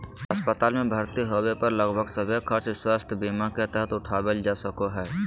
अस्पताल मे भर्ती होबे पर लगभग सभे खर्च स्वास्थ्य बीमा के तहत उठावल जा सको हय